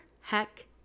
heck